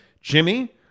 Jimmy